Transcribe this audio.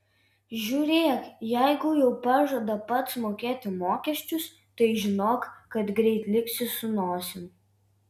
žiūrėk jeigu jau pažada pats mokėti mokesčius tai žinok kad greit liksi su nosim